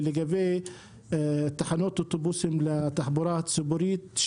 לגבי תחנות אוטובוסים לתחבורה הציבורית,